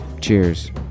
cheers